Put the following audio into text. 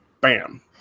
bam